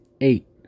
eight